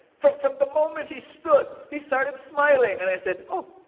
from from the moment he stood, he started smiling and i said, oh!